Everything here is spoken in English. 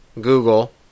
Google